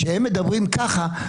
כשהם מדברים ככה,